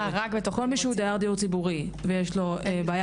כל מי שהוא דייר דיור ציבורי ויש לו בעיה,